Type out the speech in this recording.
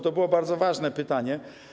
To było bardzo ważne pytanie.